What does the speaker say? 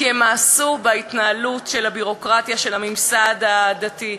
כי הם מאסו בהתנהלות של הביורוקרטיה של הממסד הדתי.